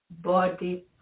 Body